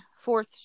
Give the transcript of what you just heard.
fourth